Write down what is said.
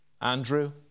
Andrew